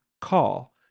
call